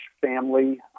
family